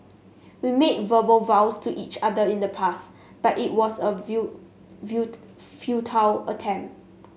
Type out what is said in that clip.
we made verbal vows to each other in the past but it was a will wield futile attempt